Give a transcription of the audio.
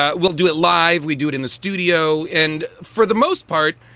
ah we'll do it live. we do it in the studio. and for the most part,